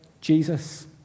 jesus